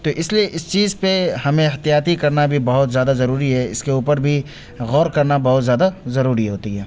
تو اس لیے اس چیز پہ ہمیں احتیاطی کرنا بھی بہت زیادہ ضروری ہے اس کے اوپر بھی غور کرنا بہت زیادہ ضروری ہوتی ہے